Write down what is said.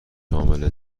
شامل